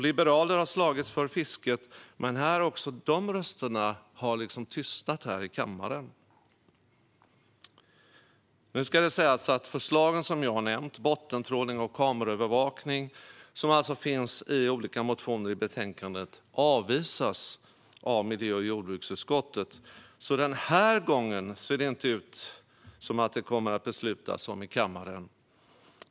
Liberaler har slagits för fisket, men också dessa röster har tystnat här i kammaren. Nu ska det sägas att de förslag som jag nämnt, om bottentrålning och kameraövervakning, som alltså finns i olika motioner i betänkandet, avvisas av miljö och jordbruksutskottet. Den här gången ser det därför inte ut som att det kommer att beslutas om i kammaren.